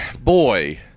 boy